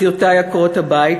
אחיותי עקרות-הבית,